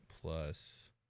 plus